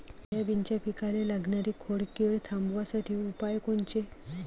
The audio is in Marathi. सोयाबीनच्या पिकाले लागनारी खोड किड थांबवासाठी उपाय कोनचे?